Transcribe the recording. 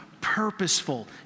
purposeful